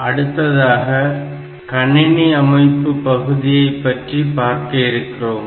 அடுத்ததாக கணினி அமைப்பு பகுதியை பற்றி பார்க்க இருக்கிறோம்